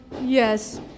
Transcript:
yes